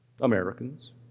Americans